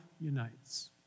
unites